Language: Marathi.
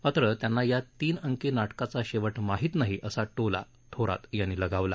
मात्र त्यांना या तीन अंकी नाटकाचा शेवट माहीत नाही असा टोला थोरात यांनी लगावला